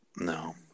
No